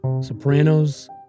Sopranos